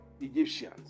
Egyptians